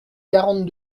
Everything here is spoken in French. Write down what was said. quarante